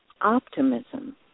optimism